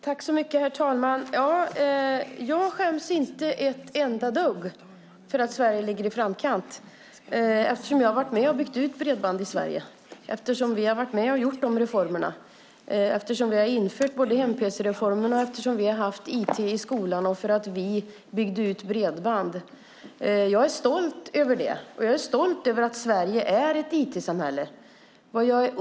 Herr talman! Jag skäms inte ett endaste dugg för att Sverige ligger i framkant eftersom jag varit med om att bygga ut bredband i Sverige, eftersom vi varit med om att göra de reformerna, eftersom vi infört både hem-pc-reformen och IT i skolan. Jag är stolt över det, och jag är stolt över att Sverige är ett IT-samhälle.